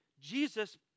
Jesus